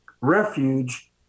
refuge